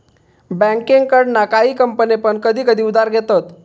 बँकेकडना काही कंपने पण कधी कधी उधार घेतत